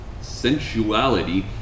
sensuality